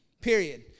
period